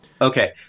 Okay